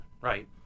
right